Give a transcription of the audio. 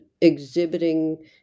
exhibiting